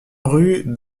rue